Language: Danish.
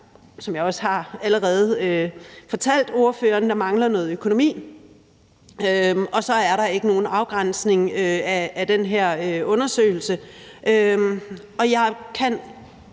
som jeg også allerede har fortalt ordføreren, at der mangler noget økonomi, og den anden er, at der ikke er nogen afgrænsning af den her undersøgelse. Jeg har